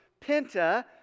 penta